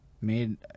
made